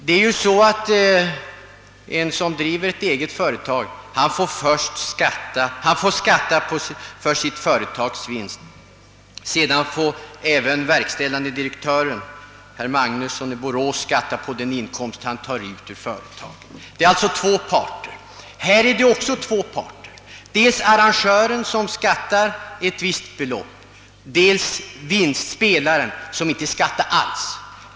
En person som driver ett eget företag får skatta för dess vinst, och sedan får även verkställande direktören skatta för den inkomst han tar ut ur företaget. Det är alltså fråga om två parler. Här rör det sig också om två parter: dels arrangören, som skattar ett visst belopp, dels spelaren, som inte skattar alls.